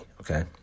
okay